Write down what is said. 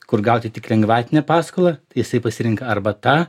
kur gauti tik lengvatinę paskolą jisai pasirenka arba tą